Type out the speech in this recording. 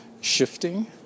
Shifting